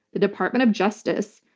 the department of justice,